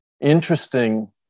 interesting